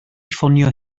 ffonio